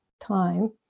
time